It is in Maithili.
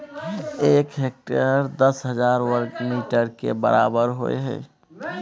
एक हेक्टेयर दस हजार वर्ग मीटर के बराबर होय हय